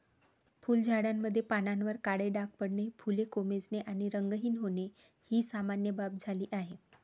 फुलझाडांमध्ये पानांवर काळे डाग पडणे, फुले कोमेजणे आणि रंगहीन होणे ही सामान्य बाब झाली आहे